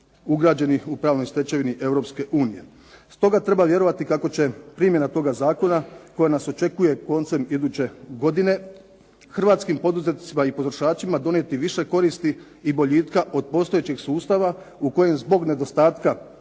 ugrađeni u pravnoj stečevini Europske unije. Stoga treba vjerovati kako će primjena toga zakona koja nas očekuje koncem iduće godine Hrvatskim poduzetnicima i potrošačima donijeti više koristi i boljitka od postojećeg sustava u kojem zbog nedostatka